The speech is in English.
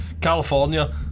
California